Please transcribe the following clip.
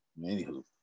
Anywho